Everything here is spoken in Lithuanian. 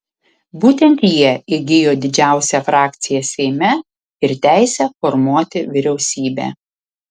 būtent jie įgijo didžiausią frakciją seime ir teisę formuoti vyriausybę